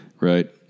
Right